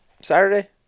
Saturday